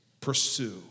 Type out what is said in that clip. pursue